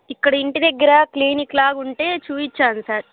ఇక్కడ ఇంటి దగ్గర క్లినిక్లాగుంటే చూపించాను సార్